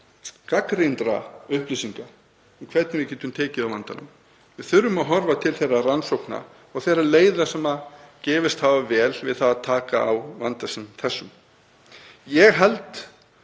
gagnrýndra upplýsinga um hvernig við getum tekið á vandanum. Við þurfum að horfa til þeirra rannsókna og þeirra leiða sem gefist hafa vel við að taka á vanda sem þessum. Ég held